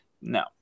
No